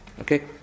Okay